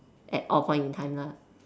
at all point in time lah